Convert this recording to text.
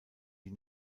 die